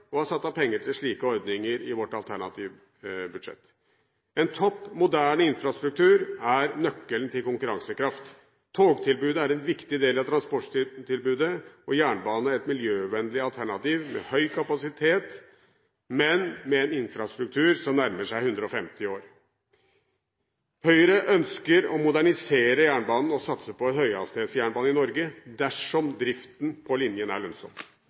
satt av penger til slike ordninger i vårt alternative budsjett. En topp moderne infrastruktur er nøkkelen til konkurransekraft. Togtilbudet er en viktig del av transporttilbudet, og jernbane er et miljøvennlig alternativ med høy kapasitet, men med en infrastruktur som nærmer seg 150 år. Høyre ønsker å modernisere jernbanen og satse på høyhastighetsjernbane i Norge, dersom driften på linjen er